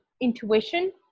intuition